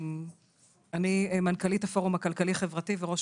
אני מנכ"לית הפורום הכלכלי חברתי וראש